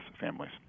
families